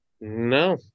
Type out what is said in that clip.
No